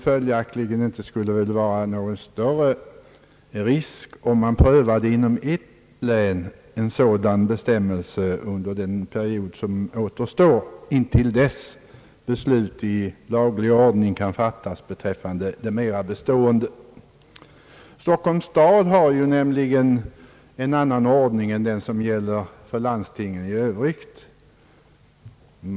Följaktligen skulle det väl inte vara någon större risk om en sådan ordning prövades inom ett enda län under den period som återstår till dess att beslut i laga ordning kan fattas beträffande en mera bestående bestämmelse. Stockholms stad har en annan ordning än den som gäller för landstingen i övrigt.